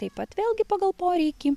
taip pat vėlgi pagal poreikį